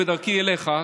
אני הייתי בדרכי אליך,